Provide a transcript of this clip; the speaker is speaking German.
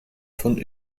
von